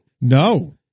No